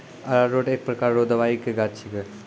अरारोट एक प्रकार रो दवाइ के गाछ छिके